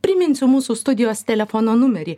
priminsiu mūsų studijos telefono numerį